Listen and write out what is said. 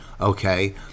okay